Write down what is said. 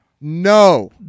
No